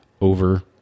over